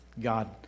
God